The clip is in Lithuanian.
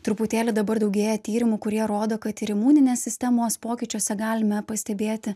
truputėlį dabar daugėja tyrimų kurie rodo kad ir imuninės sistemos pokyčiuose galime pastebėti